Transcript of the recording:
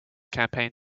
campaign